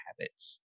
habits